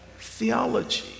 theology